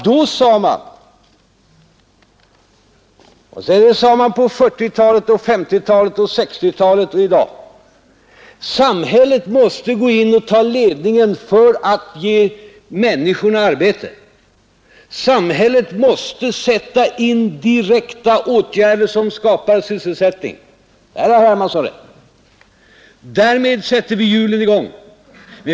Då sade man — liksom man sade på 1940-talet, på 1950-talet och på 1960-talet, och som man säger också i dag — att samhället måste gå in och ta ledningen och sätta in direkta åtgärder för att ge människorna arbete. Det har herr Hermansson rätt i. Därmed sätter vi hjulen i gång.